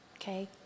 okay